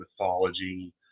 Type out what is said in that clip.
mythology